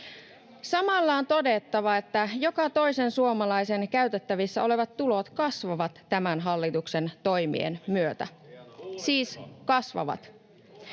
Samalla on todettava, että joka toisen suomalaisen käytettävissä olevat tulot kasvavat tämän hallituksen toimien myötä — siis kasvavat.